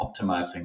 optimizing